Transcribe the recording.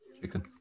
Chicken